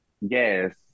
yes